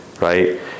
right